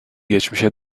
geçmişe